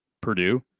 Purdue